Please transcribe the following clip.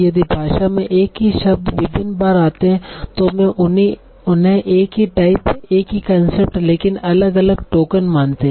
यदि भाषा में एक ही शब्द विभिन्न बार आते है तो मैं उन्हें एक ही टाइप एक ही कंसेप्ट लेकिन अलग अलग टोकन मानते है